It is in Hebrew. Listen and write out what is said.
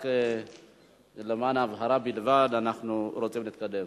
רק למען ההבהרה בלבד, אנחנו רוצים להתקדם.